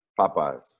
Popeyes